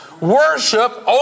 Worship